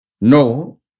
No